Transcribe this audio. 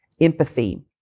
empathy